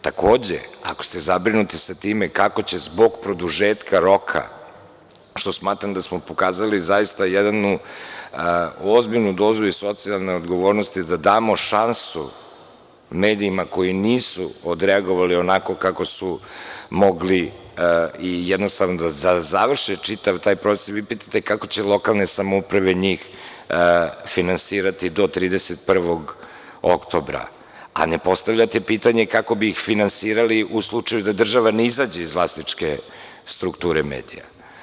Takođe, ako ste zabrinuti sa time kako će zbog produžetka roka, što smatram da smo pokazali zaista jednu ozbiljnu dozu i socijalne odgovornosti da damo šansu medijima koji nisu odreagovali onako kako su mogli i jednostavno da završe čitav taj proces, a vi pitate – kako će lokalne samouprave njih finansirati do 31. oktobra, a ne postavljate pitanje kako bi ih finansirali u slučaju da država ne izađe iz vlasničke strukture medija.